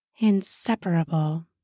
inseparable